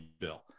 bill